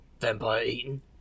vampire-eating